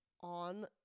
on